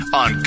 on